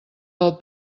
del